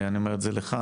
אני אומר את זה לך,